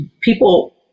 people